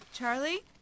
Charlie